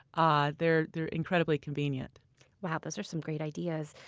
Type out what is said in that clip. ah they're they're incredibly convenient wow, those are some great ideas.